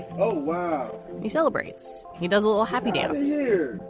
so ah he celebrates he does a little happy dance here.